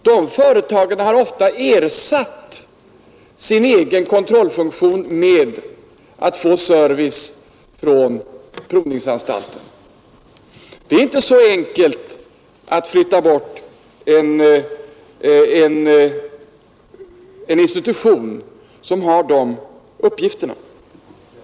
Dessa företag har ofta ersatt sin egen kontrollfunktion med att få service från provningsanstalten. Det är inte så enkelt att flytta bort en institution som har sådana uppgifter. Den personal som man vill flytta till Borås flyttar dessutom inte, därför att den nu känner för stor osäkerhet.